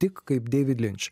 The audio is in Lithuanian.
tik kaip deivid linč